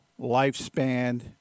lifespan